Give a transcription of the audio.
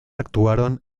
actuaron